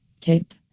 Tip